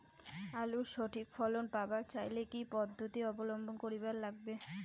আলুর সঠিক ফলন পাবার চাইলে কি কি পদ্ধতি অবলম্বন করিবার লাগবে?